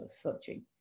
searching